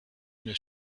une